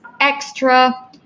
extra